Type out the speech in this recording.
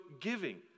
giving